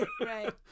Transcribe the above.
Right